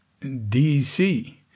DC